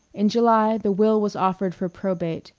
in july the will was offered for probate,